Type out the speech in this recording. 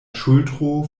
ŝultro